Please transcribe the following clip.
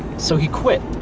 so he quit.